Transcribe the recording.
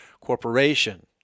Corporation